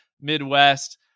Midwest